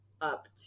up